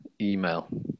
email